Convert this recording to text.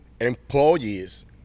employees